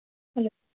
hello